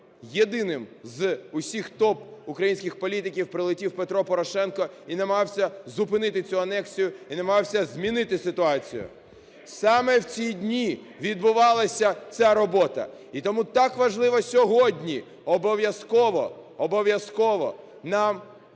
єдиним з усіх топ-українських політиків прилетів Петро Порошенко і намагався зупинити цю анексію і намагався змінити ситуацію. Саме в ці дні відбувалася ця робота. І тому так важливо сьогодні обов'язково, обов'язково, нам підтримати